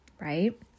right